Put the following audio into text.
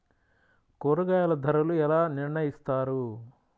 కూరగాయల ధరలు ఎలా నిర్ణయిస్తారు?